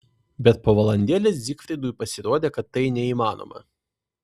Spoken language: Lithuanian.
bet po valandėlės zygfridui pasirodė kad tai neįmanoma